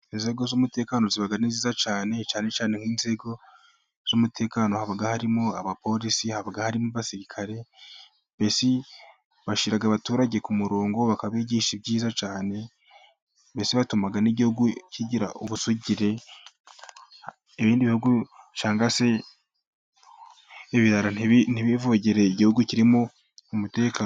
Inzego z'umutekano ziba ari nziza cyane, cyane cyane nk'inzego z'umutekano haba harimo abapolisi, hari n'abasirikare. Bashyira abaturage ku murongo, bakabigisha ibyiza cyane. Mbese batuma n'Igihugu kigira ubusugire. Ibindi bihugu cyangwa se ibirara ntibivogere igihugu kirimo umutekano.